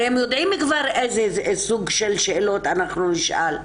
הרי הם יודעים כבר איזה סוג של שאלות אנחנו נשאל.